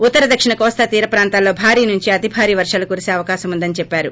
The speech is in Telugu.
ఉత్తర దక్షిణ కోస్తా తీర ప్రాంతాలలో భారీ నుంచి అతి భారీ వర్షాలు కురిసీ అవకాసం వుందని చెప్పారు